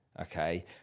okay